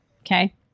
Okay